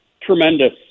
tremendous